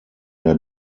der